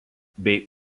bei